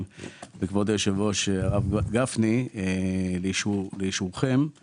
וכבוד היושב-ראש הרב גפני לאישורכם את